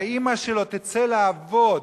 שהאמא שלו תצא לעבוד,